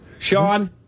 Sean